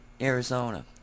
Arizona